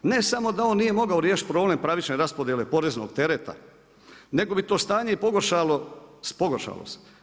Ne samo da on nije mogao riješiti problem pravične raspodjele poreznog tereta nego bi to stanje i pogoršalo se.